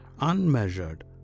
unmeasured